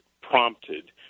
prompted